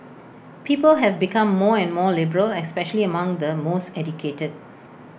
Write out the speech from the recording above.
people have become more and more liberal especially among the most educated